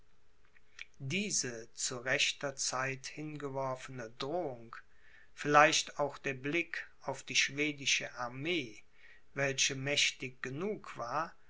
diese zu rechter zeit hingeworfene drohung vielleicht auch der blick auf die schwedische armee welche mächtig genug war